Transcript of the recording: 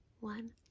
One